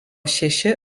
šeši